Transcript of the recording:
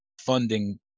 funding